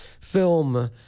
film